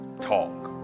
talk